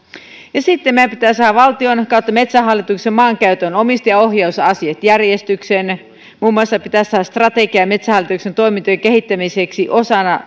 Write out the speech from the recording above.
ja sitten meidän pitää saada valtion metsähallituksen maankäyttö ja omistajaohjausasiat järjestykseen muun muassa strategia metsähallituksen toimintojen kehittämiseksi osana